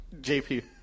JP